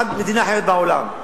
מכל מדינה אחרת בעולם.